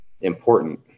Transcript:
important